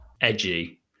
edgy